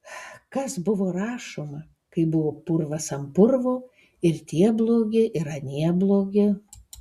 kas buvo rašoma kai buvo purvas ant purvo ir tie blogi ir anie blogi